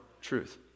truth